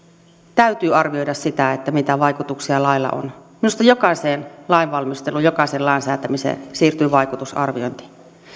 täytyy arvioida sitä mitä vaikutuksia laeilla on minusta jokaiseen lainvalmisteluun jokaisen lain säätämiseen sisältyy vaikutusarviointi